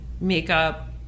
makeup